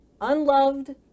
unloved